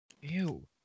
Ew